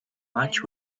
much